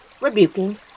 rebuking